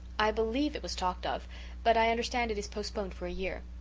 i believe it was talked of but i understand it is postponed for a year.